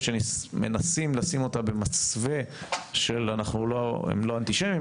שמנסים לשים אותה במסווה של הם לא אנטישמים,